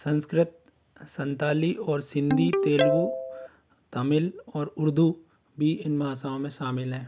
संस्कृत संताली और सिंधी तेलुगू तमिल और उर्दू भी इन भाषाओं में शामिल है